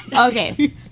Okay